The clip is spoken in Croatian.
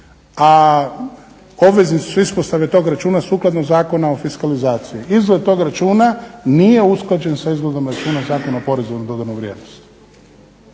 a obveznici su ispostave tog računa sukladno Zakonu o fiskalizaciji. Izgled tog računa nije usklađen sa izgledom računa Zakona o PDV-u. Što će